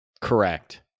Correct